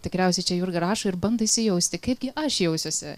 tikriausiai čia jurga rašo ir bando įsijausti kaipgi aš jausiuosi